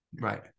Right